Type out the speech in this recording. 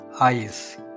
eyes